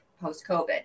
post-covid